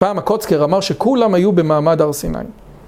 פעם הקוצקר אמר שכולם היו במעמד הר סיני.